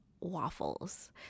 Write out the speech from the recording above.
waffles